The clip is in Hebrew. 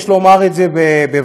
יש לומר את זה באחריות,